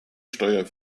steuer